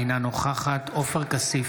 אינה נוכחת עופר כסיף,